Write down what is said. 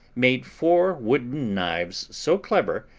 made four wooden knives so clever,